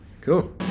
cool